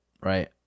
right